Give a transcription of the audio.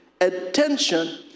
attention